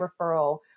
referral